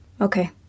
Okay